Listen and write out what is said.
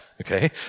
Okay